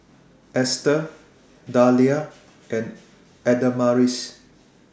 Esther Dahlia and Adamaris